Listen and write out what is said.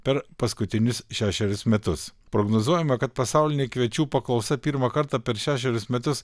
per paskutinius šešerius metus prognozuojama kad pasaulinė kviečių paklausa pirmą kartą per šešerius metus